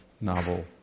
novel